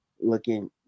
looking